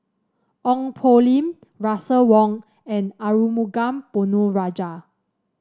Ong Poh Lim Russel Wong and Arumugam Ponnu Rajah